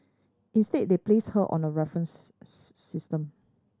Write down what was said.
instead they placed her on a reference system